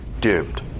doomed